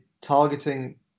targeting